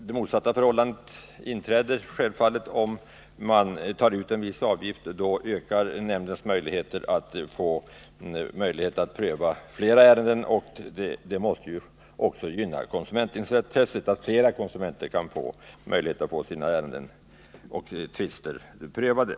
Det motsatta förhållandet inträder självfallet, om man tar ut en viss avgift. Då ökar nämndens möjligheter att pröva flera ärenden, vilket också måste gynna konsumenterna, då ju fler konsumenter på det sättet kan få sina ärenden prövade.